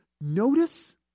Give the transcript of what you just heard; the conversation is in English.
notice